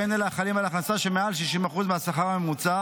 והן של אלה החלים על ההכנסה שמעל 60% מהשכר הממוצע.